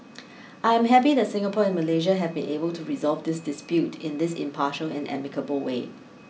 I am happy that Singapore and Malaysia have been able to resolve this dispute in this impartial and amicable way